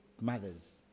mothers